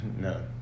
no